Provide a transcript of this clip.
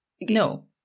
No